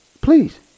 please